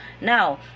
now